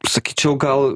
sakyčiau gal